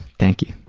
thank you.